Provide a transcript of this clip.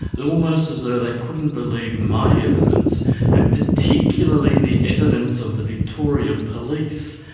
almost as though they couldn't believe my evidence and particularly the evidence of the victoria police,